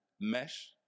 mesh